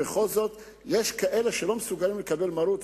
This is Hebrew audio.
בכל זאת יש כאלה שלא מסוגלים לקבל מרות.